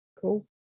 cool